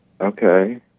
Okay